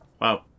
wow